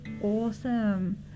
awesome